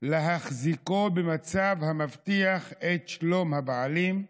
להחזיקו במצב המבטיח את שלום הבעלים,